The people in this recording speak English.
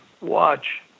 watch